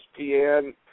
ESPN